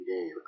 game